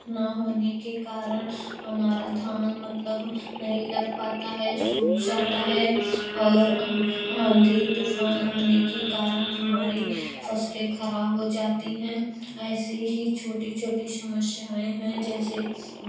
न होने के कारण हमारा धान मतलब नहीं लग पता है सूख जाता है और आ आँधी तूफान आने के कारण हमारी फसले ख़राब हो जाती है ऐसी ही छोटी छोटी समस्याएँ है जैसे